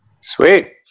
Sweet